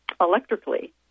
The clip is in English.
electrically